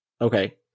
okay